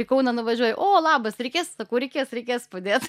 į kauną nuvažiuoju o labas reikės sakau reikės reikės padėt